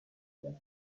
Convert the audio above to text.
las